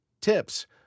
Tips